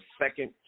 second